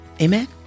Amen